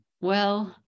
well-